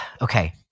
okay